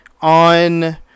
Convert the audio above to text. on